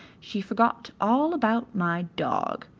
she forgot all about my dog.